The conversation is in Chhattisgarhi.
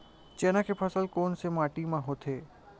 चना के फसल कोन से माटी मा होथे?